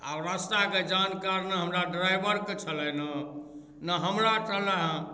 आओर रास्ताके जानकार ने हमरा ड्राइवरके छलनि हँ ने हमरा छल हँ